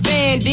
Van